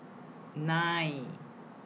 nine